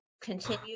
continue